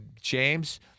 James